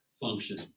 function